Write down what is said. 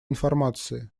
информации